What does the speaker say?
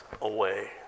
away